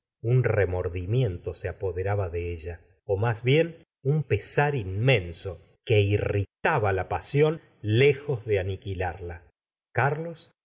un remordimiento se apoderaba de ella ó más bien un pesar inmenso que irritaba la pasión lejos de aniquilarla carlos